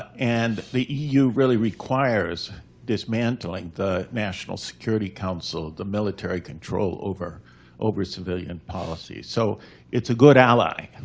and the eu really requires dismantling the national security council, the military control over over civilian policy. so it's a good ally.